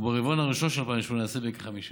וברבעון הראשון של 2018, בכ-5%.